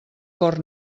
cor